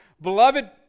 Beloved